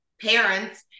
parents